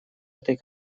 этой